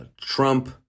Trump